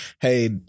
Hey